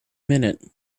minute